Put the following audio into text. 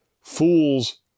Fools